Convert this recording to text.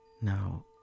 Now